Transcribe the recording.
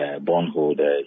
bondholders